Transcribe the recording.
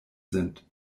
sind